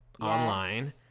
online